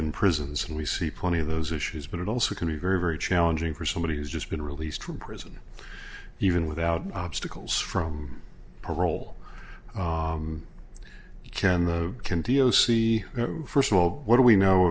in prisons and we see plenty of those issues but it also can be very very challenging for somebody who's just been released from prison even without obstacles from parole you can can deal see first of all what do we know